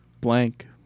blank